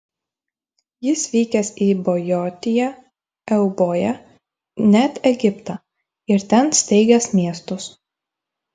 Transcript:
jis vykęs į bojotiją euboją net egiptą ir ten steigęs miestus